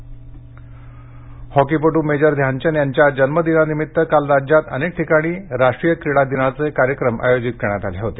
क्रीडा दिन हॉकीपटू मेजर ध्यानचंद यांच्या जन्मदिनानिमित्त काल राज्यात अनेक ठिकाणी राष्ट्रीय क्रीडा दिनाचे कार्यक्रम आयोजित करण्यात आले होते